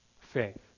faith